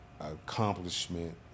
Accomplishment